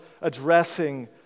addressing